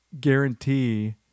guarantee